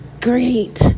great